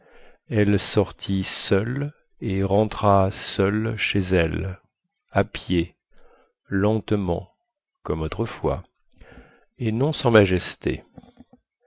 elle sortit seule et rentra seule chez elle à pied lentement comme autrefois et non sans majesté